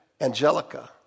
Angelica